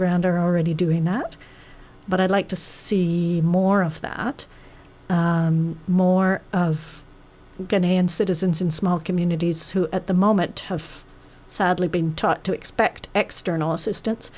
ground are already doing that but i'd like to see more of that more of going and citizens in small communities who at the moment have sadly been taught to expect external assistance